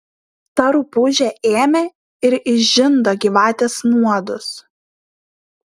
ta rupūžė ėmė ir išžindo gyvatės nuodus